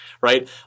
right